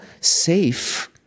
safe